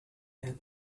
had